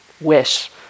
wish